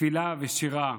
תפילה ושירה.